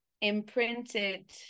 imprinted